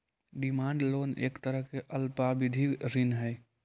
demand loan एक तरह के अल्पावधि ऋण हइ